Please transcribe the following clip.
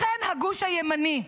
לכן הגוש הימני,